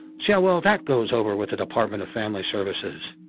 see how well that goes over with the department of family services.